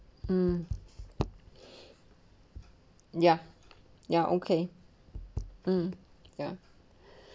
um ya ya okay mm ya